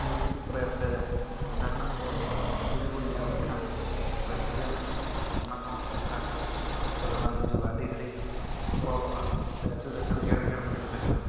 YouTube ᱠᱚᱨᱮ ᱥᱮ ᱡᱟᱦᱟᱱᱟᱜ ᱠᱚ ᱡᱩᱫᱤᱵᱚᱱ ᱧᱮᱞ ᱞᱮᱠᱷᱟᱱ ᱞᱟᱹᱠᱛᱤᱭᱟᱱᱟᱜ ᱠᱚ ᱚᱱᱟ ᱠᱚᱦᱚᱸ ᱴᱷᱤᱠ ᱴᱷᱟᱠ ᱚᱠᱛᱚᱨᱮ ᱵᱟᱝ ᱦᱤᱡᱩᱜᱼᱟ ᱟᱹᱰᱤ ᱜᱷᱟᱹᱲᱤᱡ ᱥᱠᱚᱨᱚᱞᱚᱜᱼᱟ ᱥᱮ ᱟᱹᱪᱩᱨ ᱟᱹᱪᱩᱨ ᱜᱷᱮᱨ ᱜᱷᱮᱨ ᱨᱮᱜᱮ ᱛᱟᱦᱮᱱᱟ